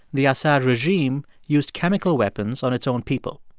the assad regime used chemical weapons on its own people.